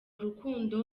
rukundo